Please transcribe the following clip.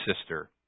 sister